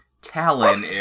Talon